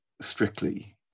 Strictly